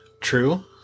True